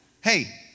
hey